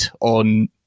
on